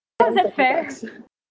how's it fair